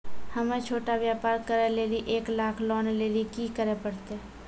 हम्मय छोटा व्यापार करे लेली एक लाख लोन लेली की करे परतै?